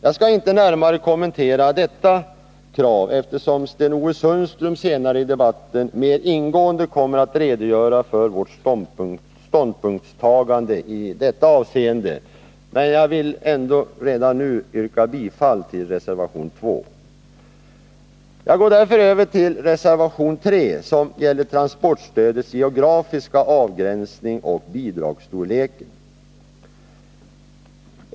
Jag skall nu inte närmare kommentera detta krav, eftersom Sten-Ove Sundström senare i debatten mer ingående kommer att redogöra för vårt ståndpunktstagande i detta avseende. Men jag vill ändå redan nu yrka bifall till reservation 2. Jag går därför över till reservation 3, som gäller transportstödets geografiska avgränsning och bidragsstorleken.